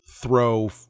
throw